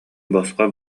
босхо